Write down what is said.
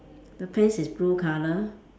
the pants is blue colour